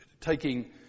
taking